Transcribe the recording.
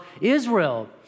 Israel